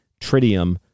tritium